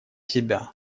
себя